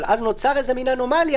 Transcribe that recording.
אבל אז נוצרת אנומליה,